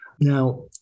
Now